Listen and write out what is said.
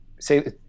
say